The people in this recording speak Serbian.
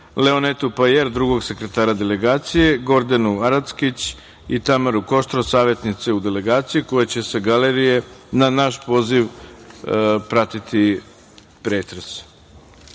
Leonetu Pajer, drugog sekretara delegacije, Gordanu Arackić i Tamaru Koštro, savetnice u delegaciji, koje će sa Galerije na naš poziv pratiti pretres. Takođe